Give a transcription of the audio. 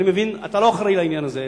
אני מבין, אתה לא אחראי לעניין הזה.